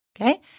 Okay